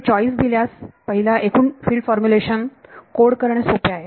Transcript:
तर चॉइस दिल्यास एकूण फील्ड फॉर्म्युलेशन कोड करणे सोपे आहे